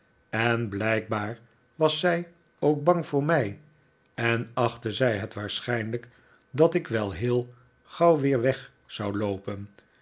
en blijkbaar was zij ook bang voor mij en achtte zij het waarschijnlijk dat ik wel heel gauw weer weg zou loopen